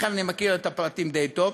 לכן אני מכיר את הפרטים די טוב,